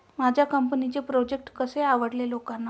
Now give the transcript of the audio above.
माझ्या कंपनीचे प्रॉडक्ट कसे आवडेल लोकांना?